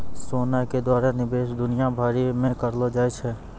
सोना के द्वारा निवेश दुनिया भरि मे करलो जाय छै